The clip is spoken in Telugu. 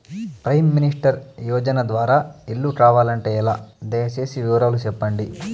ప్రైమ్ మినిస్టర్ యోజన ద్వారా ఇల్లు కావాలంటే ఎలా? దయ సేసి వివరాలు సెప్పండి?